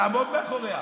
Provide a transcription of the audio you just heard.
תעמוד מאחוריה.